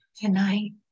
Tonight